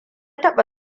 taba